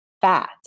fat